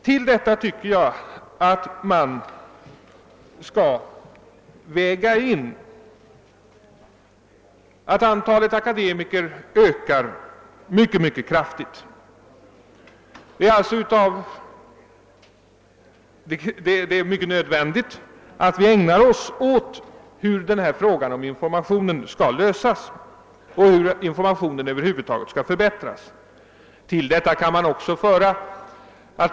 Till detta bör läggas att antalet akademiker ökar mycket kraftigt. Det är därför nödvändigt att vi ägnar stor uppmärksamhet åt frågan hur informationsproblemet skall lösas och hur man över huvud taget skall kunna förbättra informationen.